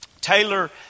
Taylor